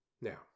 Now